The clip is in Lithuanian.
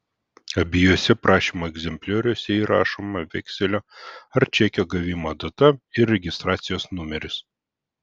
abiejuose prašymo egzemplioriuose įrašoma vekselio ar čekio gavimo data ir registracijos numeris